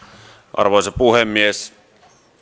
arvoisa puhemies